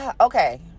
Okay